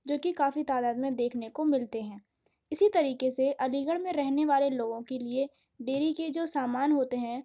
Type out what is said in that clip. جوکہ کافی تعداد میں دیکھنے کو ملتے ہیں اسی طریقے سے علی گڑھ میں رہنے والے لوگوں کے لیے ڈیری کے جو سامان ہوتے ہیں